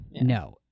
no